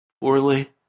poorly